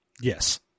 Yes